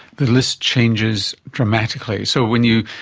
the list changes dramatically. so when you,